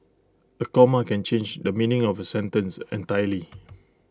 A comma can change the meaning of A sentence entirely